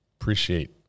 appreciate